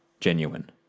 genuine